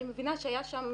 אני מבינה שהיה שם